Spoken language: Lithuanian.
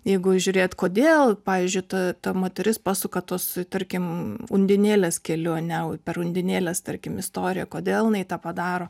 jeigu žiūrėt kodėl pavyzdžiui ta ta moteris pasuka tos tarkim undinėlės keliu ane per undinėlės tarkim istoriją kodėl jinai tą padaro